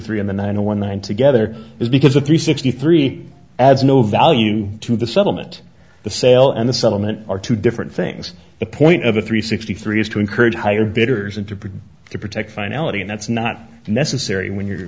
three on the nine to one thousand together is because of three sixty three as no value to the settlement the sale and the settlement are two different things the point of the three sixty three is to encourage higher bidders interpret to protect finality and that's not necessary when you're